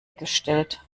gestellt